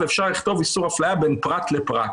ואפשר לכתוב "איסור אפליה בין פרט לפרט",